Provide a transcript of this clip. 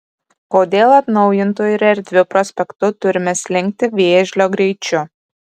kodėl atnaujintu ir erdviu prospektu turime slinkti vėžlio greičiu